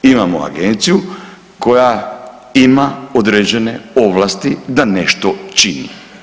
Imamo agenciju koja ima određene ovlasti da nešto čini.